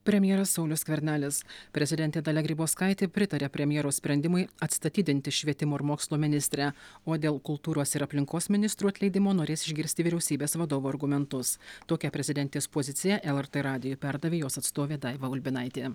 premjeras saulius skvernelis prezidentė dalia grybauskaitė pritaria premjero sprendimui atstatydinti švietimo ir mokslo ministrę o dėl kultūros ir aplinkos ministrų atleidimo norės išgirsti vyriausybės vadovo argumentus tokią prezidentės pozicija lrt radijui perdavė jos atstovė daiva ulbinaitė